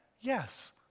Yes